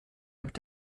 damit